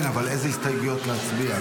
הסתייגויות להצביע?